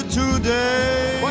today